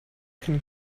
can